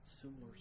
similar